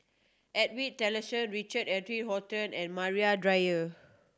Edwin Tessensohn Richard Eric Holttum and Maria Dyer